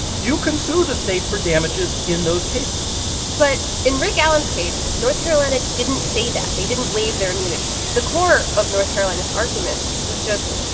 you can sue the state for damages in those cases but in rick allen's case, north carolina didn't say that. they didn't waive their immunity. the core of north carolina's argument was just,